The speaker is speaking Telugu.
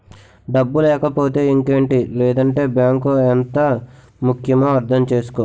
డబ్బు లేకపోతే ఇంకేటి లేదంటే బాంకు ఎంత ముక్యమో అర్థం చేసుకో